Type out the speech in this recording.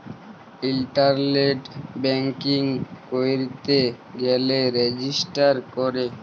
ইলটারলেট banking ক্যইরতে গ্যালে register ক্যরে